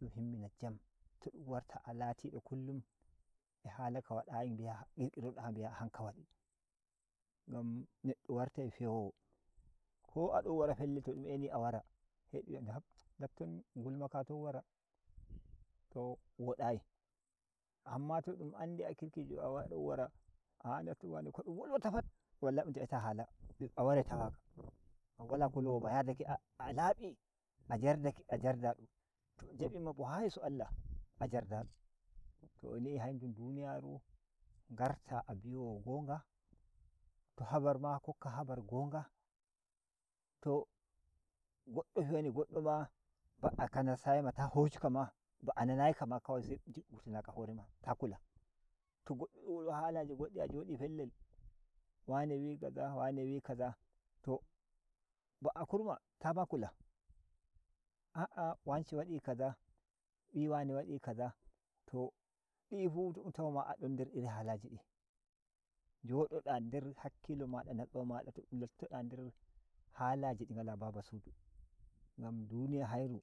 Dum himmina jam todum warta alatido kullum e hala kawadayi bi’a kirkiroda bi’a hanka wadi, gam neddo wartai fewowo, ko adon wara felle todum eini awara heidum wi’a datton gulmaka ton wara to wodayi amma to dun andi a kirkijo adon wara a daddon wane ko dun wolwata pad, wallahi dun ta ‘yata hala a warai tawaka ngam wala kulowo ma yadake a labi a jardake a jarda do to du jabi ma bo ha yeso Allah a jardado to ni’I hanjum duniyaru ngarta a bi’o wo gon nga to habar ma gokka habar gong a to goddo fewani goddo ma ba ka nastayi ma ta hoshika ma ba ananayi ka na se ta kula to goddo don wolwa halaji goddi a jo di felle wane wi kaza wane wi kaza to ba’a kurma ta ma kula a’a wance wadi kaza bi wane wadi kaza to di’I fu to dun tauma adon nder halaji din njodo da nder hakkilo mada natsuwa mada to halaji di ngala babasudu ngan duniya hairu